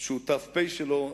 שהוא ת"פ שלו,